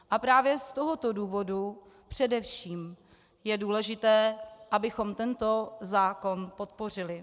A právě z tohoto důvodu především je důležité, abychom tento zákon podpořili.